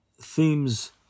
themes